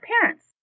parents